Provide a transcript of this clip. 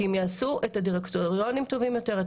כי הם יעשו את הדירקטוריונים טובים יותר,